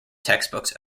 textbooks